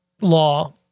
law